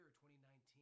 2019